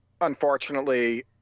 unfortunately